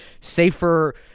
safer